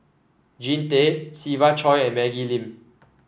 Jean Tay Siva Choy and Maggie Lim